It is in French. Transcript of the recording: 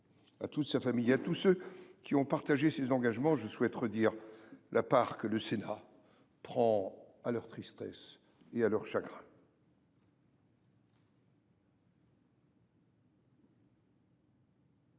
à toute sa famille et à tous ceux qui ont partagé ses engagements, je souhaite redire la part que le Sénat prend à leur tristesse et à leur chagrin.